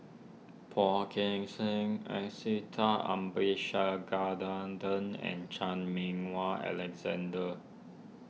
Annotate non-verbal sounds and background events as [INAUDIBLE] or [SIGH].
Phua Kin Siang [UNINTELLIGIBLE] Abisheganaden and Chan Meng Wah Alexander